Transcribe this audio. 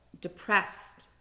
depressed